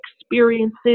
experiences